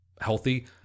healthy